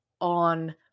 On